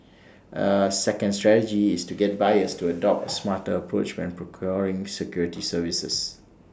A second strategy is to get buyers to adopt smarter approach when procuring security services